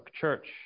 church